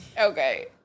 Okay